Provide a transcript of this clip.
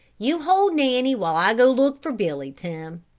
you hold nanny, while i go look for billy, tim.